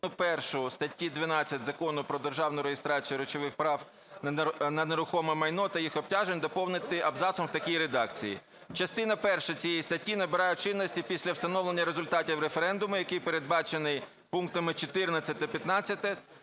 першу статті 12 Закону України "Про державну реєстрацію речових прав на нерухоме майно та їх обтяжень" доповнити абзацом в такій редакції: "Частина перша цієї статті набирає чинності після встановлення результатів референдуму, який передбачений пунктами 14 та 15